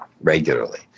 regularly